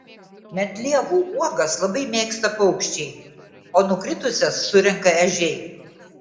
medlievų uogas labai mėgsta paukščiai o nukritusias surenka ežiai